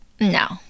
No